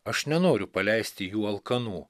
aš nenoriu paleisti jų alkanų